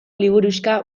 liburuxka